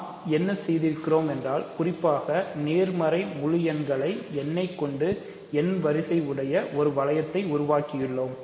நாம் என்ன செய்து இருக்கிறோம் என்றாள் குறிப்பாக நேர்மறை முழு எண்களை n ஐ கொண்டு n வரிசை உடைய ஒரு வளையத்தை உருவாக்கியுள்ளோம்